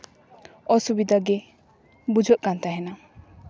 ᱚᱥᱩᱵᱤᱫᱟ ᱜᱮ ᱵᱩᱡᱷᱟᱹᱜ ᱠᱟᱱ ᱛᱟᱦᱮᱱᱟ